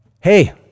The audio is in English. hey